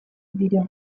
dira